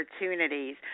opportunities